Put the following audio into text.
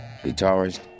guitarist